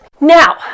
Now